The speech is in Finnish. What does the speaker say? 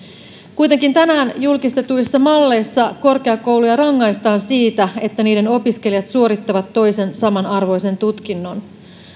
kuitenkin tänään julkistetuissa malleissa korkeakouluja rangaistaan siitä että niiden opiskelijat suorittavat toisen samanarvoisen tutkinnon